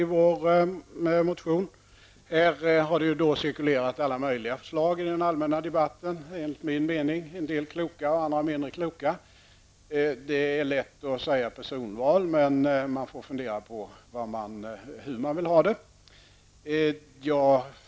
I den allmänna debatten har det cirkulerat alla möjliga förslag. En del är kloka, och andra är mindre kloka. Det är lätt att säga att det skall vara personval, men man måste fundera på hur det skall fungera.